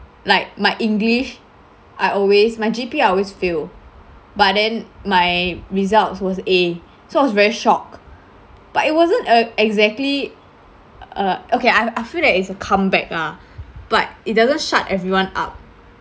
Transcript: like my english I always my G_P I always fail but then my results was A so I was very shock but it wasn't a exactly uh okay I I feel that it's a comeback ah but it doesn't shut everyone up